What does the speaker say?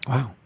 Wow